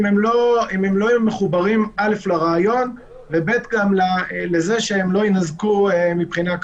אם הם לא יהיו מחוברים לרעיון וגם לכך שהם לא יינזקו מבחינה כספית.